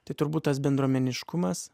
tai turbūt tas bendruomeniškumas